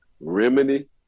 remedy